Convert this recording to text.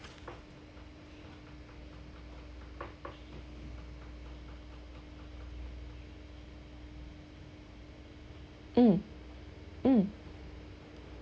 mm mm